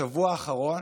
בשבוע האחרון